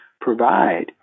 provide